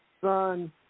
son